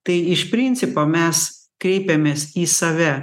tai iš principo mes kreipiamės į save